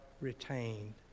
retained